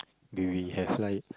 we really have like